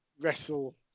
Wrestle